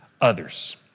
others